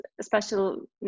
special